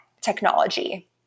technology